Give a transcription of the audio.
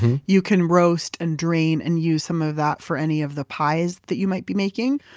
you can roast and drain and use some of that for any of the pies that you might be making.